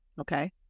okay